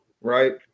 right